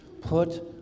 put